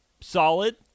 solid